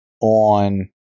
on